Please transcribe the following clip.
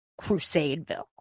Crusadeville